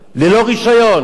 ללא רשיון.